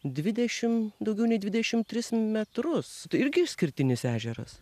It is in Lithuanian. dvidešim daugiau nei dvidešimt tris metrus tai irgi išskirtinis ežeras